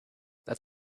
that